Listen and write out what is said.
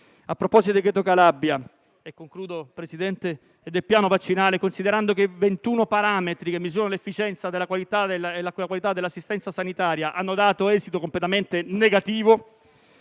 A proposito di decreto Calabria e del piano vaccinale, considerando che i 21 parametri che misurano l'efficienza della qualità dell'assistenza sanitaria hanno dato esito completamente negativo,